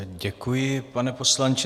Děkuji, pane poslanče.